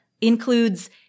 includes